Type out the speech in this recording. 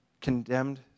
Condemned